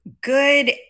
Good